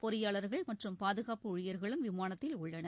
பொறியாளர்கள் மற்றும் பாதுகாப்பு ஊழியர்களும் விமானத்தில் உள்ளனர்